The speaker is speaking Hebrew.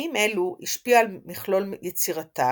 אמנים אלו השפיעו על מכלול יצירתה,